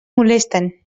molesten